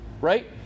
right